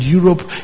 Europe